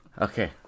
Okay